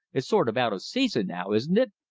it's sort of out of season now, isn't it?